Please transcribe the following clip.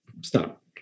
stop